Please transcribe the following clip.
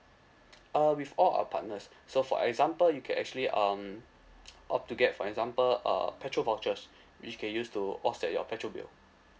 uh with all our partners so for example you can actually um opt to get for example uh petrol vouchers which you can use to offset your petrol bill